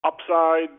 upside